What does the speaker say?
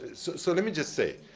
so let me just say,